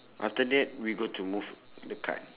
after that we got to move to the card